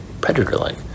Predator-like